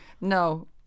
No